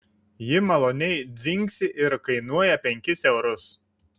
ji maloniai dzingsi ir kainuoja penkis eurus